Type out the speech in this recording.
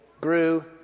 grew